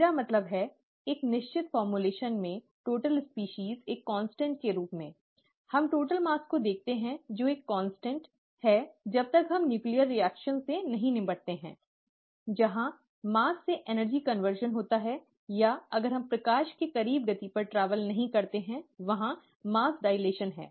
मेरा मतलब है एक निश्चित रूप में कुल प्रजातियां एक स्थिरांक के रूप में हम कुल द्रव्यमान को देखते हैं जो एक स्थिरांक है जब तक हम न्यूक्लियर प्रतिक्रियाओं से नहीं निपटते हैं जहां द्रव्यमान से ऊर्जा रूपांतरण होता है या अगर हम प्रकाश के करीब गति पर ट्रैवल नहीं करते हैं वहां मॉस डाइलेशन है